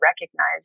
recognize